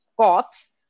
cops